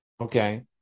Okay